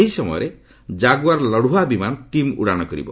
ସେହି ସମୟରେ ଜାଗୁଆର ଲଢୁଆ ବିମାନ ଟିମ୍ ଉଡ଼ାଣ କରିବ